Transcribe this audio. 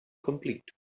complete